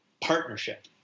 partnership